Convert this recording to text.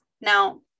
Now